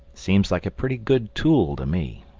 seems like a pretty good tool to me.